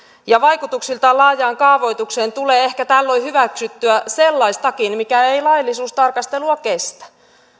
ja vaikutuksiltaan laajaan kaavoitukseen tulee ehkä tällöin hyväksyttyä sellaistakin mikä ei laillisuustarkastelua kestä